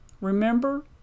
Remember